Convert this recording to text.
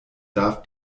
darf